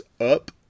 up